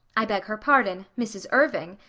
i beg her pardon, mrs. irving.